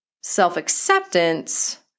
Self-acceptance